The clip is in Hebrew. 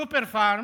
ב"סופר-פארם",